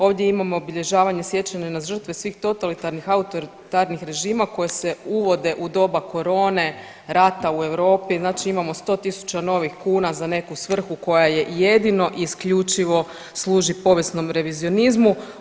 Ovdje imamo Obilježavanje sjećanja na žrtve svih totalitarnih, autoritarnih režima koje se uvode u doba korone, rata u Europi, znači imamo 100.000 novih kuna za neku svrhu koja je jedino i isključivo služi povijesnom revizionizmu.